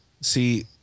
See